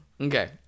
Okay